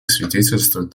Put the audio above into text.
свидетельствуют